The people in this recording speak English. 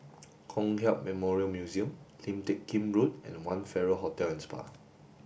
Kong Hiap Memorial Museum Lim Teck Kim Road and One Farrer Hotel and Spa